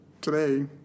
today